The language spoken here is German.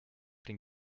den